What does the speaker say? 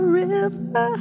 river